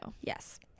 Yes